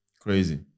Crazy